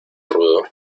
rudo